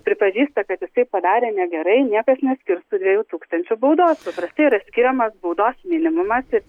pripažįsta kad jisai padarė negerai niekas neskirs tų dviejų tūkstančių baudos paprastai yra skiriamas baudos minimumas ir